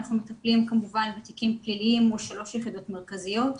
אנחנו מטפלים כמובן בתיקים פליליים מול שלוש יחידות מרכזיות,